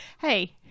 Hey